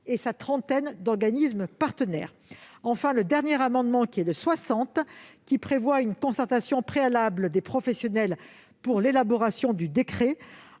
par sa trentaine d'organismes partenaires. Enfin, l'amendement n° 60 rectifié tend à prévoir une concertation préalable des professionnels pour l'élaboration du décret.